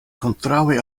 kontraŭe